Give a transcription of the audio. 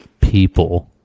people